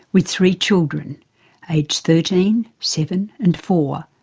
with three children aged thirteen, seven and four,